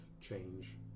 change